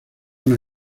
una